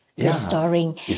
restoring